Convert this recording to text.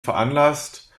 veranlasst